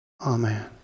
Amen